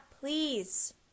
please